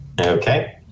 Okay